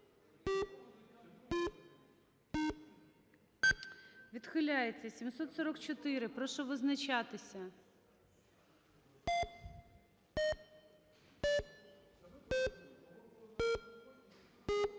Відхиляється. 744. Прошу визначатися.